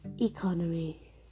economy